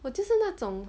我就是那种